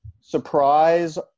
Surprise